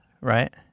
right